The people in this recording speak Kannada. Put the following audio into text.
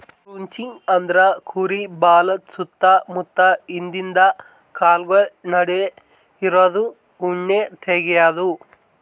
ಕ್ರುಚಿಂಗ್ ಅಂದ್ರ ಕುರಿ ಬಾಲದ್ ಸುತ್ತ ಮುತ್ತ ಹಿಂದಿಂದ ಕಾಲ್ಗೊಳ್ ನಡು ಇರದು ಉಣ್ಣಿ ತೆಗ್ಯದು